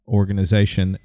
organization